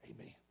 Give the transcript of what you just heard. Amen